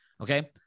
Okay